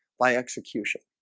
by execution